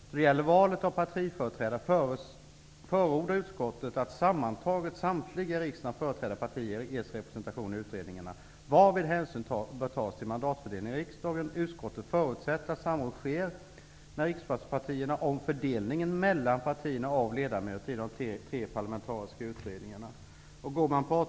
Då det gäller valet av partiföreträdare förordar utskottet att -- sammantaget -- samtliga i riksdagen företrädda partier ges representation i utredningarna, varvid hänsyn bör tas till mandatfördelningen i riksdagen. Utskottet förutsätter att samråd sker med riksdagspartierna om fördelningen mellan partierna av ledamöter i de tre parlamentariska utredningarna.''